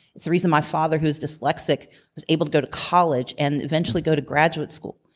it's the reason my father, who's dyslexic was able to go to college and eventually go to graduate school.